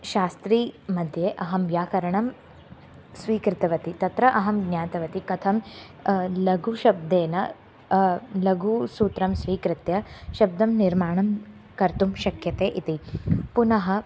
शास्त्रीमध्ये अहं व्याकरणं स्वीकृतवती तत्र अहं ज्ञातवती कथं लघुशब्देन लघु सूत्रं स्वीकृत्य शब्दनिर्माणं कर्तुं शक्यते इति पुनः